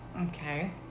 Okay